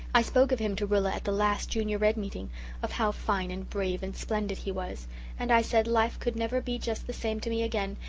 i spoke of him to rilla at the last junior red meeting of how fine and brave and splendid he was and i said life could never be just the same to me again,